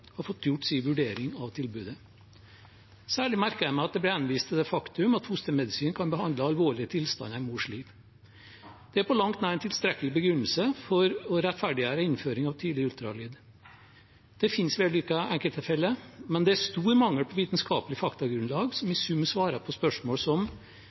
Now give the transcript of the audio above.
gjort sin vurdering av tilbudet. Særlig merker jeg meg at det blir henvist til det faktum at fostermedisin kan behandle alvorlige tilstander i mors liv. Det er på langt nær en tilstrekkelig begrunnelse for å rettferdiggjøre innføring av tidlig ultralyd. Det finnes vellykkede enkelttilfeller, men det er stor mangel på vitenskapelig faktagrunnlag som i sum svarer på spørsmål som: